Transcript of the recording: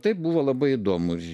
tai buvo labai įdomus